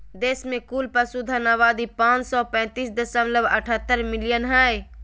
देश में कुल पशुधन आबादी पांच सौ पैतीस दशमलव अठहतर मिलियन हइ